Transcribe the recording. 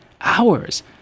hours